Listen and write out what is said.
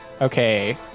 Okay